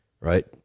right